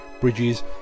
bridges